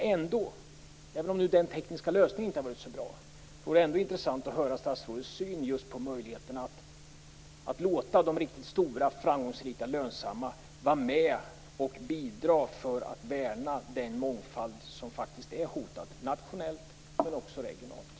Men även om nu den tekniska lösningen inte har varit så bra vore det ändå intressant att höra statsrådets syn på möjligheterna att låta de riktigt stora, framgångsrika och lönsamma vara med och bidra till att värna den mångfald som faktiskt är hotad - nationellt, men också regionalt.